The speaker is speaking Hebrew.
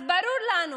אז ברור לנו